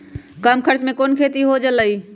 कम खर्च म कौन खेती हो जलई बताई?